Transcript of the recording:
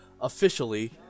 officially